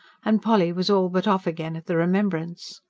and polly was all but off again, at the remembrance.